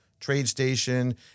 TradeStation